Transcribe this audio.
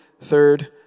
third